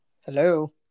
Hello